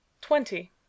Twenty